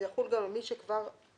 זה יחול גם על מי שכבר פרש,